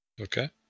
okay